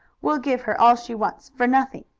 we'll give her all she wants for nothing.